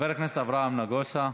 חבר הכנסת אברהם נגוסה,